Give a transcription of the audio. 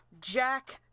Jack